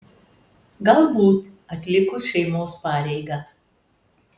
galbūt atlikus šeimos pareigą